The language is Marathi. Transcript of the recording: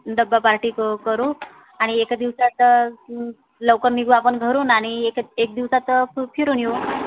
डब्बा पार्टी क करू आणि एका दिवसात लवकर निघू आपण घरून आणि एक एक दिवसात फि फिरून येऊ